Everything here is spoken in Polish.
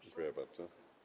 Dziękuję bardzo.